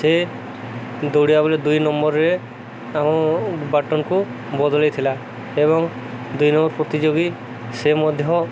ସେ ଦୌଡ଼ିବା ବେଲେ ଦୁଇ ନମ୍ବରରେ ଆମ ବଟନକୁ ବଦଳେଇଥିଲା ଏବଂ ଦୁଇ ନମ୍ବର ପ୍ରତିଯୋଗୀ ସେ ମଧ୍ୟ